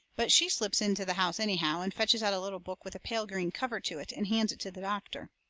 but she slips into the house anyhow, and fetches out a little book with a pale green cover to it, and hands it to the doctor.